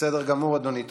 בסדר גמור, אדוני.